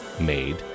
made